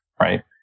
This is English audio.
right